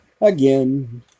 again